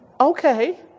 Okay